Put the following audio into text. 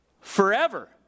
Forever